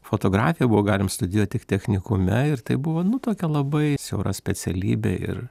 fotografiją buvo galim studijuot tik technikume ir tai buvo nu tokia labai siaura specialybė ir